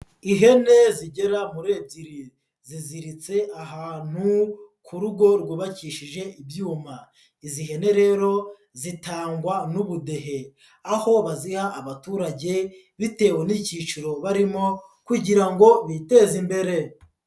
Ihene zigera muri ebyiri ziziritse ahantu ku rugo rwubakishije ibyuma, izi hene rero zitangwa n'ubudehe, aho baziha abaturage bitewe n'icyiciro barimo kugira ngo biteze imbere.